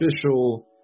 official